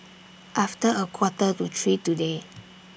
after A Quarter to three today